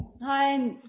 Hi